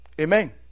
Amen